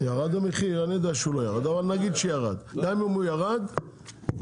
גם אם הוא ירד,